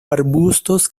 arbustos